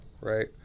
right